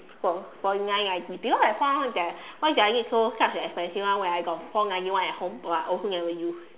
four forty nine ninety because I found out that why do I need so such an expensive one where I got four ninety one at home or I also never use